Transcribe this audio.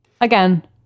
Again